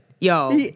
Yo